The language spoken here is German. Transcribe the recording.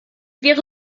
wäre